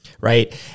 Right